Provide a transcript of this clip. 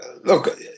look